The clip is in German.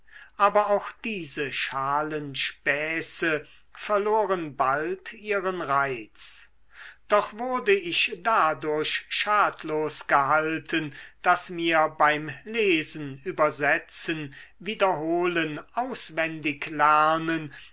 aber auch diese schalen späße verloren bald ihren reiz doch wurde ich dadurch schadlos gehalten daß mir beim lesen übersetzen wiederholen auswendiglernen